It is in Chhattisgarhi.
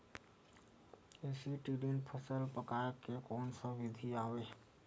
एसीटिलीन फल पकाय के कोन सा विधि आवे?